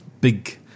big